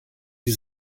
die